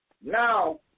Now